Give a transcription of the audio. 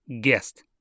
guest